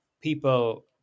people